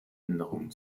änderungen